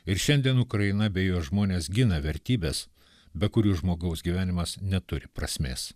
ir šiandien ukraina bei jos žmonės gina vertybes be kurių žmogaus gyvenimas neturi prasmės